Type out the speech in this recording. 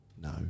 No